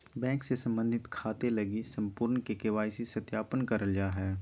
bank से संबंधित खाते लगी संपूर्ण के.वाई.सी सत्यापन करल जा हइ